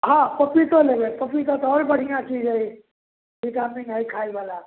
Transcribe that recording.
हँ पपीतो लेबै पपीता तऽ आओर बढ़िआँ चीज हय एक आदमीके हय खाइवला